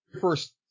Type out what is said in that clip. first